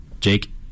Jake